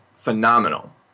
phenomenal